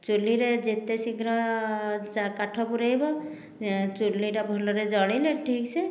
ଚୂଲିରେ ଯେତେ ଶୀଘ୍ର କାଠ ପୂରାଇବ ଚୁଲିଟା ଭଲରେ ଜଳିଲେ ଠିକ ସେ